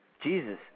Jesus